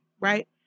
right